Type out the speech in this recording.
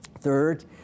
Third